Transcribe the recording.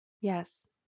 Yes